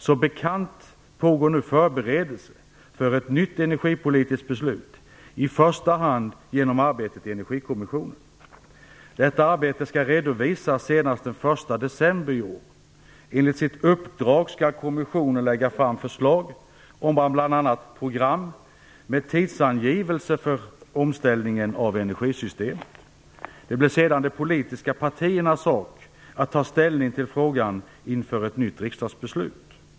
Som bekant pågår nu förberedelser för ett nytt energipolitiskt beslut, i första hand genom arbetet i Energikommissionen. Detta arbete skall redovisas senast den 1 december i år. Enligt sitt uppdrag skall kommissionen lägga fram förslag om bl.a. program med tidsangivelser för omställningen av energisystemet. Det blir sedan de politiska partiernas sak att ta ställning till frågan inför ett nytt riksdagsbeslut.